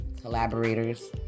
collaborators